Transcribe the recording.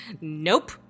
Nope